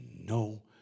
no